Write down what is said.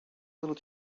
little